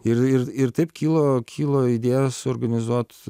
ir ir ir taip kilo kilo idėja suorganizuot